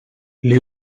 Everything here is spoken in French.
les